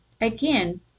Again